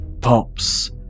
pops